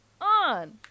on